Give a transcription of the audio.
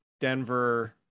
Denver